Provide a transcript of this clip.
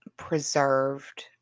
Preserved